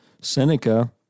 Seneca